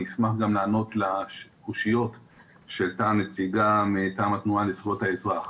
אשמח גם לענות לקושיות שהעלתה הנציגה מטעם התנועה לזכויות האזרח.